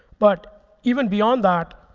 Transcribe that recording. but even beyond that,